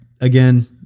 again